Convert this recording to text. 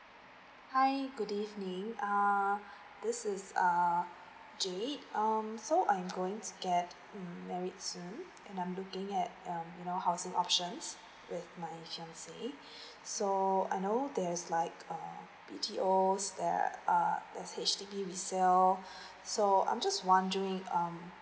hi good evening err this is err jade um so I'm going to get married soon and I'm looking at um you know housing options with my fiancé so I know there's like err B_T_Os that H_D_B resale so I'm just wondering um